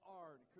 art